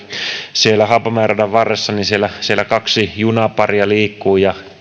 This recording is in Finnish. siellä haapamäen radan varressa niin siellä siellä kaksi junaparia liikkuu ja